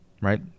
right